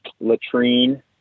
latrine